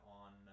on